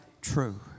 true